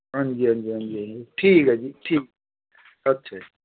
हां जी हां जी ठीक ऐ जी ठीक ऐ अच्छा जी